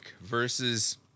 versus